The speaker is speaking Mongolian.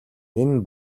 нэн